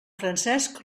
francesc